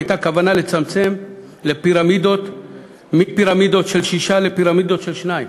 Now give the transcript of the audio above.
הייתה כוונה לצמצם מפירמידות של שש לפירמידות של שתיים.